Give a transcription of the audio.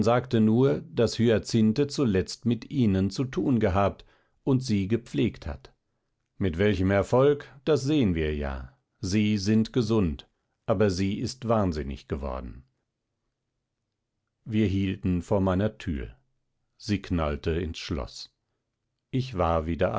nur das hyacinthe zuletzt mit ihnen zu tun gehabt und sie gepflegt hat mit welchem erfolg das sehen wir ja sie sind gesund aber sie ist wahnsinnig geworden wir hielten vor meiner tür sie knallte ins schloß ich war wieder